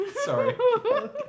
Sorry